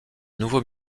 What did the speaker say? nouveau